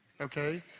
okay